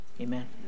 Amen